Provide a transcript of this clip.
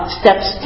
steps